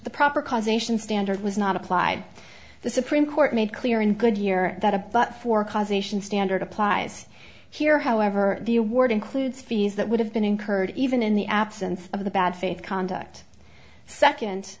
the proper causation standard was not applied the supreme court made clear in goodyear that a but for cause ation standard applies here however the award includes fees that would have been incurred even in the absence of the bad faith conduct second